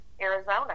Arizona